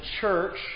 church